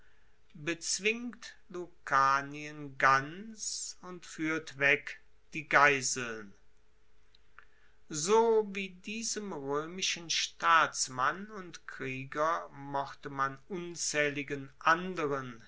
bezwingt lucanien ganz und fuehret weg die geiseln so wie diesem roemischen staatsmann und krieger mochte man unzaehligen anderen